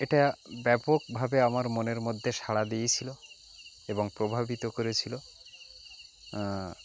এটা ব্যাপকভাবে আমার মনের মধ্যে সাড়া দিয়েছিল এবং প্রভাবিত করেছিল